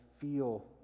feel